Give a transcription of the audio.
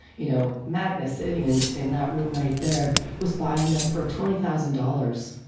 you know, magnus sitting in in that room right there was buying them for twenty thousand dollars.